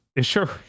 Sure